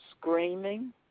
screaming